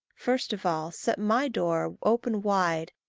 first of all, set my door open wide,